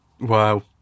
Wow